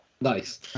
nice